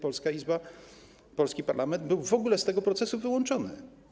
Polska Izba, polski parlament, była w ogóle z tego procesu wyłączona.